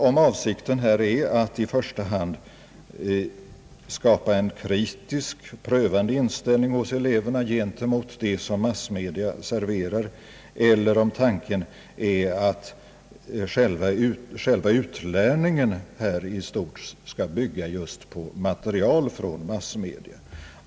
Är avsikten att i första hand skapa en kritisk och prövande inställning hos eleverna gentemot det som massmedia serverar, eller är tanken att själva utlärningen i stort skall bygga just på material från massmedia?